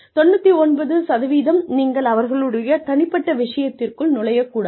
99 சதவீதம் நீங்கள் அவர்களுடைய தனிப்பட்ட விஷயத்திற்குள் நுழையக் கூடாது